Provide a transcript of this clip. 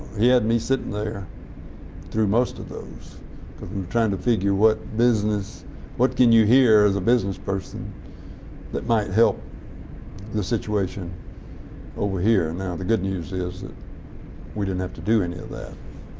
he had me sitting there through most of those because i'm trying to figure what business what can you hear as a business person that might help the situation over here. and now the good news is that we didn't have to do any of that,